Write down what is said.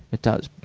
it does.